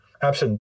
Absent